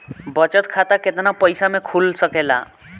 बचत खाता केतना पइसा मे खुल सकेला?